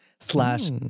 slash